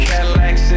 Cadillac